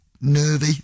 nervy